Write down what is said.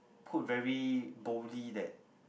put very boldly that